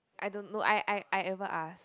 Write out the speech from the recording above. I don't know I I I ever ask